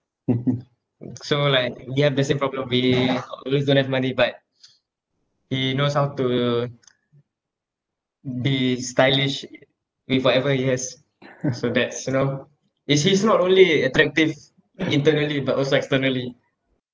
so like we have the same problem we always don't have money but he knows how to be stylish with whatever he has so that's you know is he's not only attractive internally but also externally